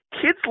Kids